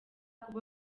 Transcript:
kuba